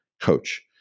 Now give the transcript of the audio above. coach